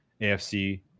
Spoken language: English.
AFC